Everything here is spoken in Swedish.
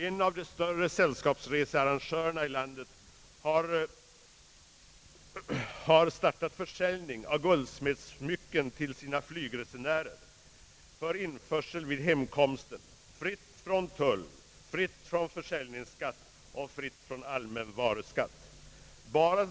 En av de större sällskapsresearrangörerna här i landet har startat försäljning av guldsmedssmycken till sina flygresenärer för införsel vid hemkomsten — fritt från tull, fritt från försäljningsskatt och fritt från allmän varuskatt.